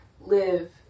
live